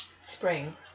Spring